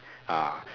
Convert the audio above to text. ah